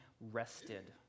rested